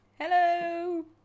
Hello